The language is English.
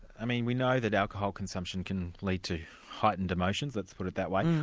i mean we know that alcohol consumption can lead to heightened emotions, let's put it that way,